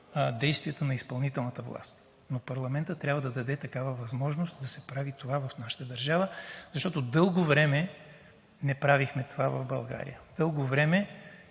действието на изпълнителната власт. Но парламентът трябва да даде такава възможност да се прави това в нашата държава. Защото дълго време не правихме това в България. Дълго време